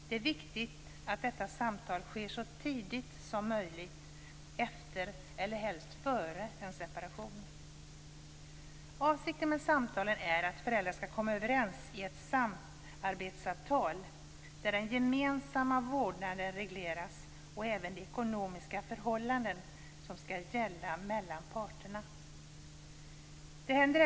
Det är viktigt att detta samtal sker så tidigt som möjligt efter, eller helst före, en separation. Avsikten med samtalen är att föräldrar skall komma överens om ett samarbetsavtal där den gemensamma vårdnaden och även de ekonomiska förhållandena som skall gälla mellan parterna regleras.